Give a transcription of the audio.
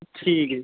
ਠੀਕ ਹੈ